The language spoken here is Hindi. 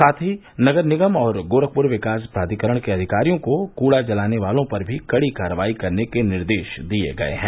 साथ ही नगर निगम और गोरखपुर विकास प्राधिकरण के अधिकारियों को कूड़ा जलाने वालों पर भी कड़ी कार्रवाई करने के निर्देश दिए गए हैं